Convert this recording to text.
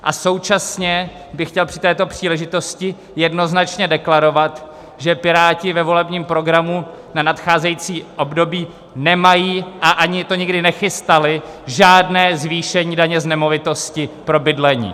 A současně bych chtěl při této příležitosti jednoznačně deklarovat, že Piráti ve volebním programu na nadcházející období nemají a ani to nikdy nechystali žádné zvýšení daně z nemovitosti pro bydlení.